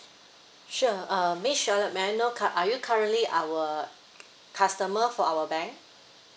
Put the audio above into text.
sure uh miss charlotte may I know cur~ are you currently our customer for our bank